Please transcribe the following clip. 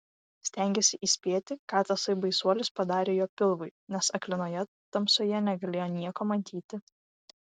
stengėsi įspėti ką tasai baisuolis padarė jo pilvui nes aklinoje tamsoje negalėjo nieko matyti